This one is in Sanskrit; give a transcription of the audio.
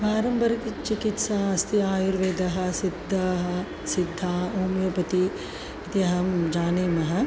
पारम्परिकचिकित्सा अस्ति आयुर्वेदः सिद्धः सिद्धः ओमियोपति इति अहं जानीमः